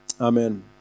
Amen